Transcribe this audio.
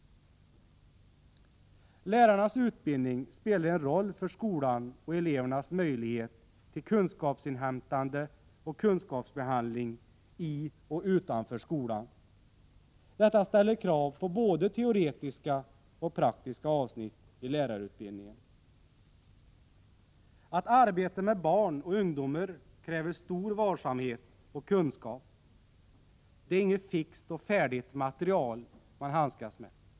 Lärarnas utbildning spelar en roll för skolan och elevernas möjlighet till kunskapsinhämtande och kunskapsbehandling i och utanför skolan. Detta ställer krav på både teoretiska och praktiska avsnitt i lärarutbildningen. Att arbeta med barn och ungdomar kräver stor varsamhet och kunskap. Det är inget fixt och färdigt material man handskas med.